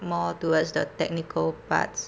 more towards the technical parts